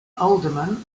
alderman